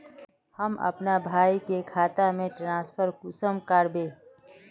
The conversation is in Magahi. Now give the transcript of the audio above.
हम अपना भाई के खाता में ट्रांसफर कुंसम कारबे?